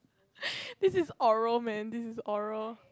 this is oral man this is oral